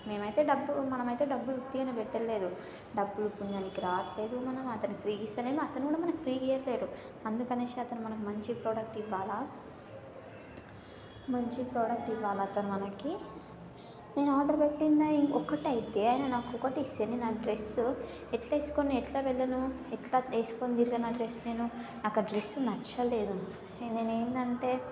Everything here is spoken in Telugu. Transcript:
మేము అయితే డబ్బులు మనమైతే డబ్బులు ఉట్టిగా పెట్టలేదు డబ్బులు పుణ్యానికి రావట్లేదు మనము అతను ఫ్రీగా ఇస్తే అతను కూడా మనకు ఫ్రీగా ఇవ్వట్లేదు అందుకని అతను మనకు మంచి ప్రోడక్ట్ ఇవ్వాలా మంచి ప్రోడక్ట్ ఇవ్వాలా అతను మనకి నేను ఆర్డర్ పెట్టింది ఒకటైతే నాకు ఇంకొకటి ఇస్తే నేను ఆ డ్రెస్ ఎట్ల వేసుకుని ఎట్ల వెళ్ళను ఎట్లా వేసుకొని తిరగను ఆ డ్రెస్ నేను నాకు ఆ డ్రెస్ నచ్చలేదు నేను ఏందంటే